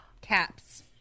caps